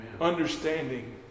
Understanding